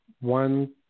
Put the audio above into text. one